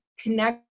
connect